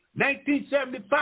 1975